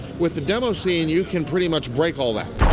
with the demoscene, you can pretty much break all that.